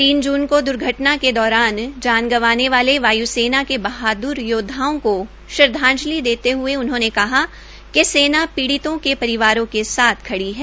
तीन जून को द्र्घटना के दौरान जान गंवाने वाले वाय् सेना के बहाद्र योद्वाओ को श्रद्वाजंलि देते हये उन्होंने कहा कि सेना पीडि़तों के परिवारों के साथ खड़ी है